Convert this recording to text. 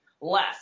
less